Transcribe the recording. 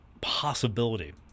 possibility